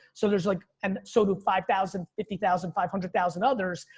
so there's like, um so the five thousand, fifty thousand, five hundred thousand others.